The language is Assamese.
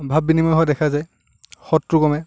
ভাব বিনিময় হোৱা দেখা যায় শত্ৰু কমে